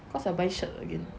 buy shirt again